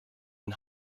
and